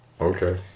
Okay